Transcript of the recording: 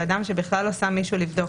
היא של אדם שבכלל לא שם מישהו לבדוק.